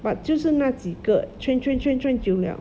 but 就是那几个 train train train train 久了